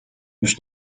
już